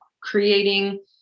creating